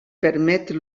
permet